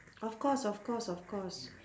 of course of course of course